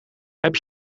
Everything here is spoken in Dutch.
heb